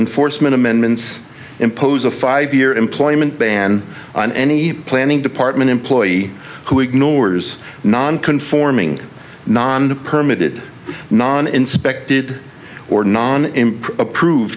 enforcement amendments impose a five year employment ban on any planning department employee who ignores non conforming nanda permit it non inspected or non approved